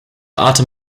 atem